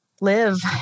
live